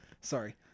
Sorry